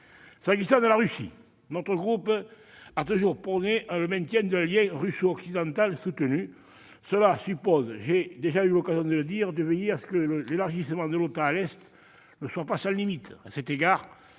S'agissant de la Russie, notre groupe a toujours prôné le maintien d'un lien russo-occidental soutenu. Cela suppose -j'ai déjà eu l'occasion de le dire -de veiller à ce que l'élargissement de l'OTAN à l'Est ne soit pas sans limite. À cet égard,